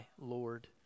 Lord